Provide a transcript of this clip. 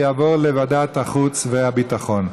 לוועדת החוץ והביטחון נתקבלה.